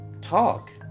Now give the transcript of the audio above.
talk